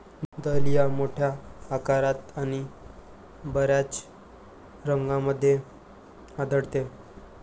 dahlia मोठ्या आकारात आणि बर्याच रंगांमध्ये आढळते